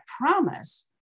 promise